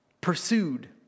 pursued